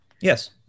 Yes